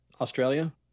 Australia